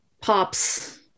pops